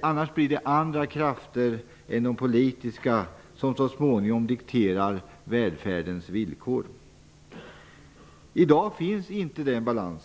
Annars blir det andra krafter än de politiska som så småningom dikterar välfärdens villkor. Den balansen finns inte i dag.